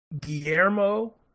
Guillermo